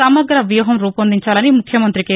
సమగ్ర వ్యూహం రూపొందించాలని ముఖ్యమంతి కె